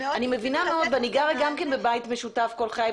אני גרה בבית משותף כל חיי,